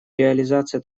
реализация